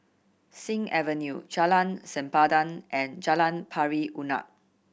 Sing Avenue Jalan Sempadan and Jalan Pari Unak